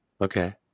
Okay